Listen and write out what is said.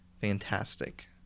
fantastic